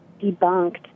debunked